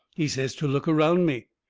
he says to look around me.